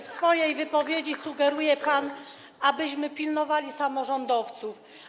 W swojej wypowiedzi sugeruje pan, abyśmy pilnowali samorządowców.